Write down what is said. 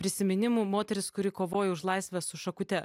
prisiminimų moteris kuri kovojo už laisvę su šakute